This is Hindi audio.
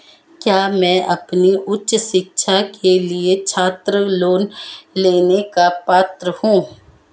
क्या मैं अपनी उच्च शिक्षा के लिए छात्र लोन लेने का पात्र हूँ?